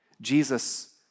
Jesus